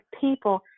people